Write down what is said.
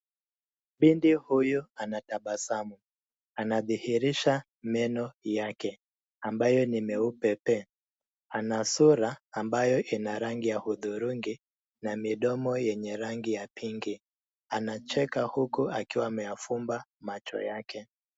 Binti huyu anatabasamu. Anadhihirisha meno yake, ambayo ni meupe pe. Ana sura ambayo ina rangi ya hudhurungi, na midomo yenye rangi ya pingi. Anacheka huku akiwa ameyafumba macho yake.